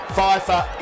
Pfeiffer